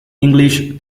english